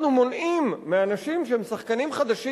אנחנו מונעים מאנשים שהם שחקנים חדשים